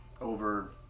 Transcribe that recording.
over